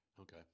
Okay